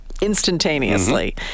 instantaneously